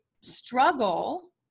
struggle